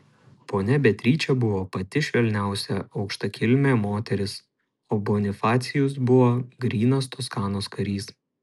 ponia beatričė buvo pati švelniausia aukštakilmė moteris o bonifacijus buvo grynas toskanos karys